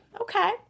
Okay